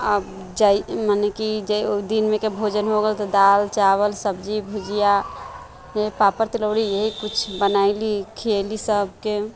आ जे मने की जे दिनमे के भोजन हो गेल दालि चावल सब्जी भुजिआ पापड़ तिलौरी इहे किछु बनेली खीयली सबके